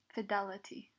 Fidelity